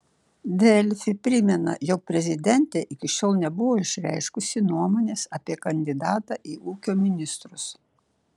delfi primena jog prezidentė iki šiol nebuvo išreiškusi nuomonės apie kandidatą į ūkio ministrus